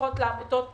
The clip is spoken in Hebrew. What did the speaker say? התמיכות לעמותות עכשיו.